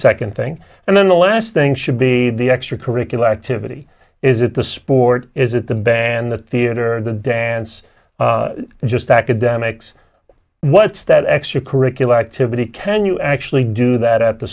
second thing and then the last thing should be the extra curricular activity is it the sport is it the band the theatre and dance just academics what's that extra curricular activity can you actually do that at the